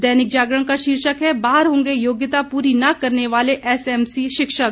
दैनिक जागरण का शीर्षक है बाहर होंगे योग्यता पूरी न करने वाले एसएमसी शिक्षक